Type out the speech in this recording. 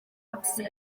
amser